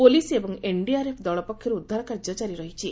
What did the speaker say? police ଏବଂ NDRF ଦଳ ପକ୍ଷରୁ ଉଦ୍ଧାର କାର୍ଯ୍ୟ ଜାରି ରହିଛି